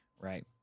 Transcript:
right